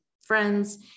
friends